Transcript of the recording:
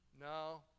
No